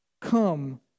Come